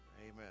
amen